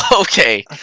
Okay